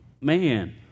Man